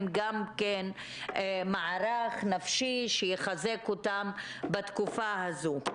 גם כן מערך נפשי שיחזק אותם בתקופה הזו.